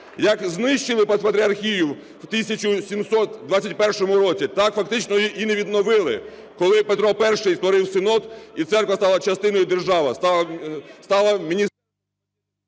Як знищили патріархію в 1721 році, так фактично її і не відновили, коли Петро І створив Синод, і церква стала частиною держави,